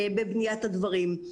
בבניית הדברים.